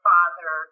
Father